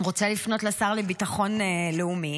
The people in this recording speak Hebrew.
רוצה לפנות לשר לביטחון לאומי,